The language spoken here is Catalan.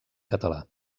català